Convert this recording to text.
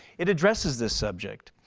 it addresses this subject.